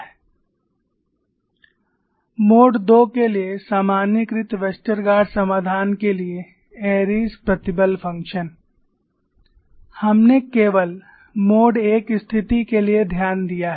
Airy's Stress Function for Generalised Westergaard Solution for Mode II mode II के लिए सामान्यीकृत Westergaard समाधान के लिए एयरी Airy's प्रतिबल फंक्शन हमने केवल मोड I स्थिति के लिए ध्यान दिया है